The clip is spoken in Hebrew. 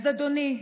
אז אדוני,